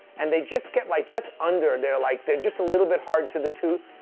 and they just get, like, just under. they're, like, they're just a little bit hard to the tooth.